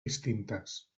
distintes